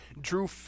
Drew